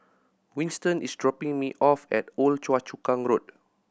Winston is dropping me off at Old Choa Chu Kang Road